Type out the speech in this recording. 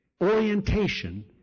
orientation